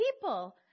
people